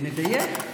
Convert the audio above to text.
נדייק.